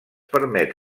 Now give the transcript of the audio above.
permet